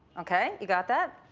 okay, you got that?